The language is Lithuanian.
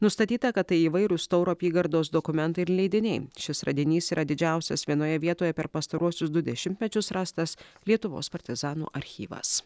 nustatyta kad tai įvairūs tauro apygardos dokumentai ir leidiniai šis radinys yra didžiausias vienoje vietoje per pastaruosius du dešimtmečius rastas lietuvos partizanų archyvas